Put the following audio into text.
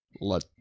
Let